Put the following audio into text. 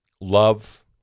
love